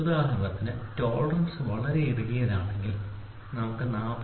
ഉദാഹരണത്തിന് ടോളറൻസ് വളരെ ഇറുകിയതാണെങ്കിൽ നമുക്ക് 40